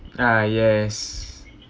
ah yes